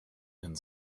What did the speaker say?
and